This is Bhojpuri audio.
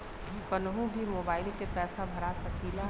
कन्हू भी मोबाइल के पैसा भरा सकीला?